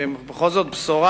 שזה בכל זאת בשורה,